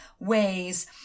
ways